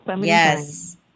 Yes